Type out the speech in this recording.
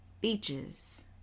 beaches